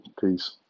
Peace